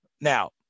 Now